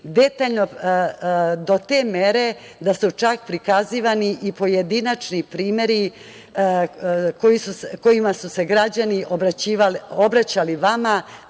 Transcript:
detaljno, do te mere da su čak prikazivani i pojedinačni primeri kojima su se građani obraćali vama